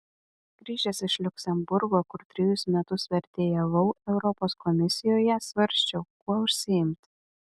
grįžęs iš liuksemburgo kur trejus metus vertėjavau europos komisijoje svarsčiau kuo užsiimti